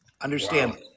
Understand